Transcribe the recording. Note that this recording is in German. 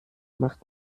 macht